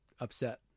upset